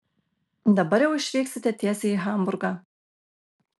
dabar jau išvyksite tiesiai į hamburgą